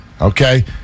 okay